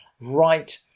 right